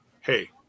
hey